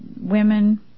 women